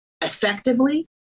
effectively